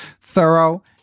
thorough